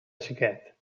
xiquet